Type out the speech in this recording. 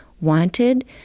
wanted